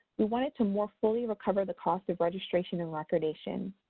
we wanted to more fully recover the cost of registration and recordation.